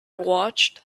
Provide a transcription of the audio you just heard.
watched